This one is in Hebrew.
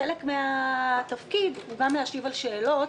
וחלק מן התפקיד הוא גם להשיב על שאלות,